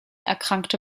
erkrankte